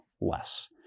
less